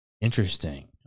Interesting